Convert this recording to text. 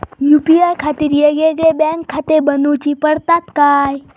UPI खातीर येगयेगळे बँकखाते बनऊची पडतात काय?